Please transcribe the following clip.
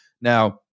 Now